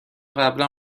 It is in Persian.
قبلا